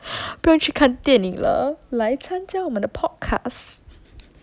不用去看电影了来参加我们的 podcast